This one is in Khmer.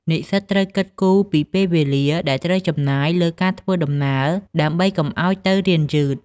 និស្សិតត្រូវគិតគូរពីពេលវេលាដែលត្រូវចំណាយលើការធ្វើដំណើរ ដើម្បីកុំឱ្យទៅរៀនយឺត។